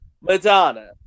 Madonna